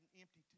empty